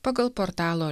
pagal portalo